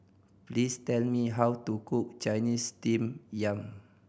please tell me how to cook Chinese Steamed Yam